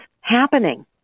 happening